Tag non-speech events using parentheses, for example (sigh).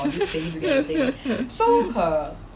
(laughs)